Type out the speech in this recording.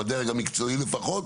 בדרג המקצועי לפחות,